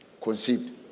conceived